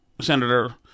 senator